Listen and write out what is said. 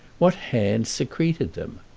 what hands secreted them?